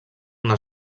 una